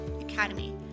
Academy